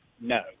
No